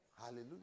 Hallelujah